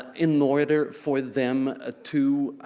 in order for them ah to